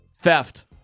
Theft